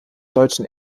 deutschen